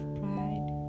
pride